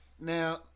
now